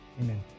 Amen